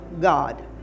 God